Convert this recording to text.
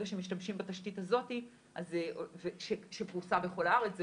שמשתמשים בתשתית הזאת שפרוסה בכל הארץ,